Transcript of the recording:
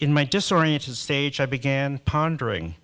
in my disoriented stage i began pondering